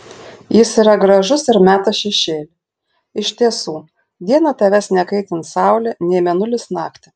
jis yra gražus ir meta šešėlį iš tiesų dieną tavęs nekaitins saulė nei mėnulis naktį